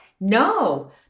No